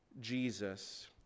Jesus